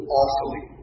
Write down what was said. awfully